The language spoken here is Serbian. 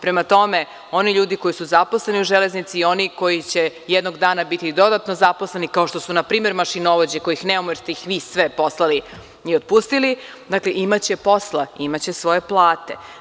Prema tome, oni ljudi koji su zaposleni u Železnici i oni koji će jednog dana biti dodatno zaposleni, kao što su npr. mašinovođe kojih nemamo, jer ste ih vi sve poslali i otpustili, dakle, imaće posla, imaće svoje plate.